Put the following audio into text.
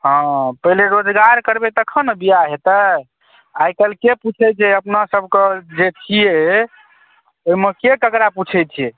हँ पहिले रोजगार करबै तखन ने बिआह होयतै आइ काल्हिके पुछैत छै अपना सब कऽ जे छियै ओहिमेके ककरा पुछैत छै